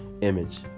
image